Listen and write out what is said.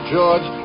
George